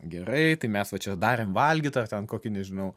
gerai tai mes va čia darėm valgyt ten ar kokį nežinau